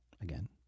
again